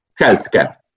Healthcare